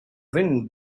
wind